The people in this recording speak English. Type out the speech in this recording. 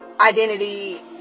identity